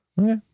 Okay